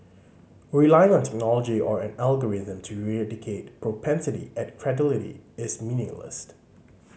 relying on technology or an algorithm to eradicate propensity at credulity is meaningless